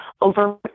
over